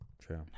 true